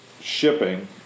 shipping